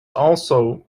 also